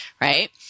right